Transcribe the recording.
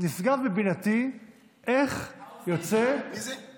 נשגב מבינתי איך יוצא, העוזרים שלו.